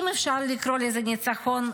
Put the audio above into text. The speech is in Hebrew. אם אפשר לקרוא לזה ניצחון,